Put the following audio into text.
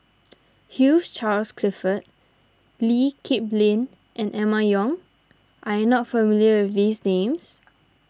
Hugh Charles Clifford Lee Kip Lin and Emma Yong are you not familiar with these names